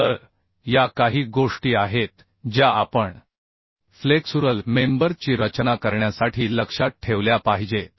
तर या काही गोष्टी आहेत ज्या आपण फ्लेक्सुरल मेंबर ची रचना करण्यासाठी लक्षात ठेवल्या पाहिजेत